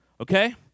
okay